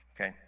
Okay